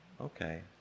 Okay